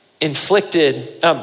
inflicted